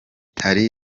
hari